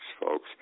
folks